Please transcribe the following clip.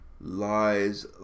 lies